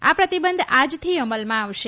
આ પ્રતિબંધ આજથી અમલમાં આવશે